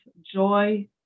joy